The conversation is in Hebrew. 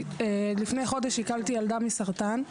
לפני חודש הילדה שלי נפטרה כתוצאה ממחלת הסרטן.